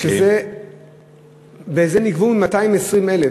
וזה נגבה מ-220,000,